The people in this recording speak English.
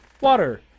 water